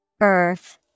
Earth